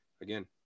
again